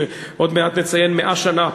שעוד מעט נציין 100 שנה,